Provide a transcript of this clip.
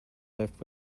left